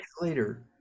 later